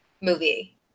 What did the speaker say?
movie